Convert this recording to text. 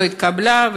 שלא התקבלה,